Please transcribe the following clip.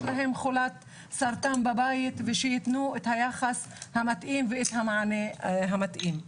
בבית חולת סרטן ושייתנו את היחס המתאים ואת המענה המתאים.